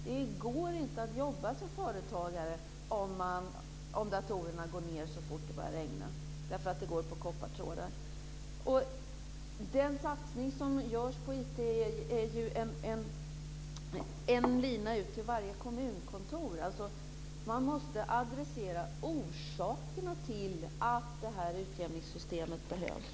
Det går inte att jobba som företagare om datorerna går ned så fort det börjar regna därför att det går på koppartrådar. Den satsning som görs på IT är ju en lina ut till varje kommunkontor. Man måste rikta in sig på orsakerna till att det här utjämningssystemet behövs.